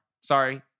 Sorry